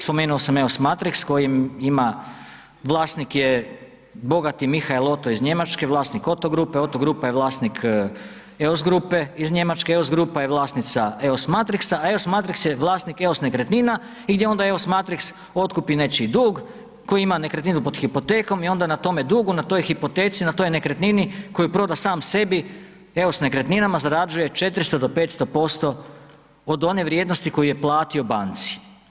Spomenuo sam EOS Matrix koji ima vlasnik je bogati Michael Otto iz Njemačke, vlasnik Otto grupe, Otto grupa je vlasnik EOS grupe iz Njemačke, EOS grupa je vlasnica EOS Matrixa, a EOS Matrix je vlasnik EOS Nekretnina i gdje onda EOS Matrix otkupi nečiji dug koji ima nekretninu pod hipotekom i onda na tome dugu, na toj hipoteci, na toj nekretnini koju proda sam sebi EOS Nekretninama zarađuje 400 do 500% od one vrijednosti koju je platio banci.